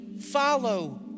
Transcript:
follow